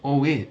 oh wait